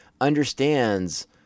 understands